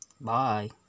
Bye